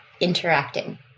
interacting